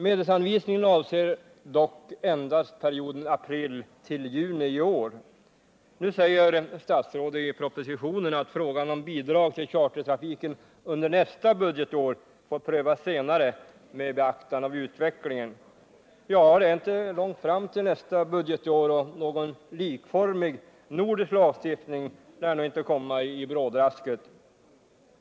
Medelsanvisningen avser dock endast perioden april-juni i år. Nu säger statsrådet i propositionen att frågan om bidrag till chartertrafiken under nästa budgetår får prövas senare med beaktande av utvecklingen. Ja, det är inte långt fram till nästa budgetår, och någon likformig nordisk lagstiftning lär nog inte komma i brådrasket.